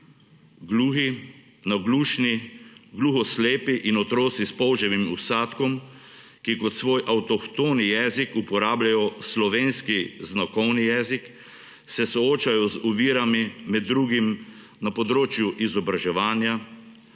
Gluhi, naglušni, glohoslepi in otroci s polževim vsadkom, ki kot svoj avtohtoni jezik uporabljajo slovenski znakovni jezik, se soočajo z ovirami, med drugim na področju izobraževanja,